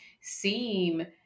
seem